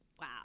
Wow